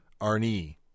Arnie